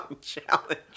challenge